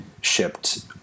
shipped